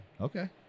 Okay